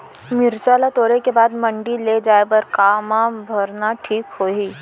मिरचा ला तोड़े के बाद मंडी ले जाए बर का मा भरना ठीक होही?